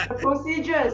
procedures